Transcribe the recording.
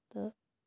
تہٕ